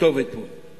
כתובת פה,